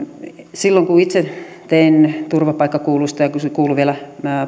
itse tein turvapaikkakuulusteluja kun se kuului vielä